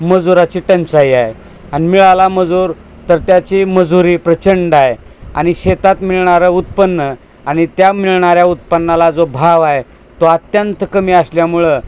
मजुराची टंचाई आहे आणि मिळाला मजूर तर त्याची मजुरी प्रचंड आहे आणि शेतात मिळणारं उत्पन्न आणि त्या मिळणाऱ्या उत्पन्नाला जो भाव आहे तो अत्यंत कमी असल्यामुळं